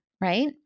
Right